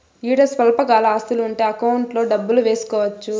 ఈడ స్వల్పకాల ఆస్తులు ఉంటే అకౌంట్లో డబ్బులు వేసుకోవచ్చు